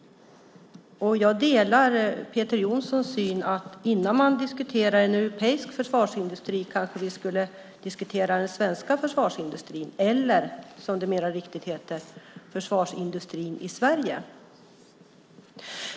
Jag delar Peter Jonssons syn, att vi, innan vi diskuterar en europeisk försvarsindustri, kanske skulle diskutera den svenska försvarsindustrin eller, som det mer riktigt heter, försvarsindustrin i Sverige.